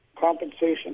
compensation